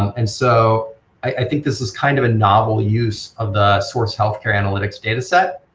and so i think this is kind of a novel use of the source healthcare analytics data set,